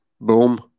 Boom